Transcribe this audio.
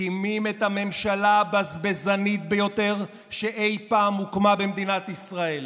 מקימים את הממשלה הבזבזנית ביותר שאי פעם הוקמה במדינת ישראל.